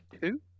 two